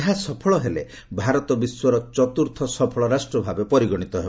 ଏହା ସଫଳ ହେଲେ ଭାରତ ବିଶ୍ୱର ଚତ୍ରର୍ଥ ସଫଳ ରାଷ୍ଟଭାବେ ପରିଗଣିତ ହେବ